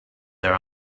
their